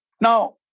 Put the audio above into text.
Now